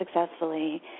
successfully